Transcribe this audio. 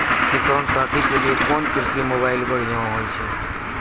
किसान साथी के लिए कोन कृषि मोबाइल बढ़िया होय छै?